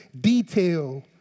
detail